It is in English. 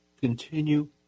continue